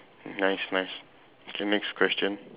nice nice next question